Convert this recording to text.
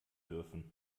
dürfen